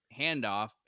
handoff